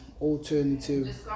alternative